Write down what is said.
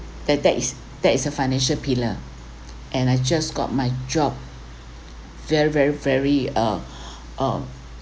that that is that is a financial pillar and I just got my job very very very uh uh